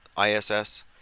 ISS